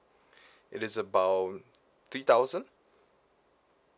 it is about three thousand